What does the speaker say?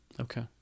Okay